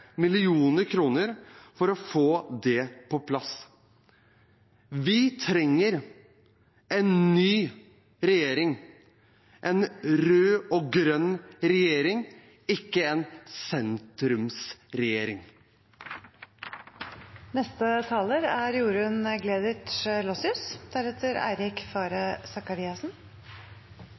for å få det på plass. Vi trenger en ny regjering, en rød og grønn regjering, ikke en